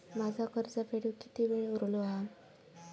माझा कर्ज फेडुक किती वेळ उरलो हा?